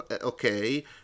Okay